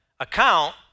account